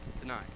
tonight